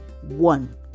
one